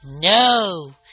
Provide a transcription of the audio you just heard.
No